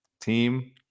team